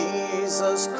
Jesus